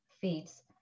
feeds